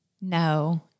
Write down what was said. no